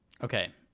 Okay